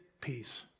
peace